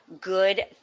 good